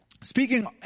speaking